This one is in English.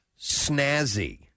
snazzy